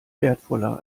wertvoller